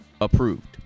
approved